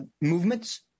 movements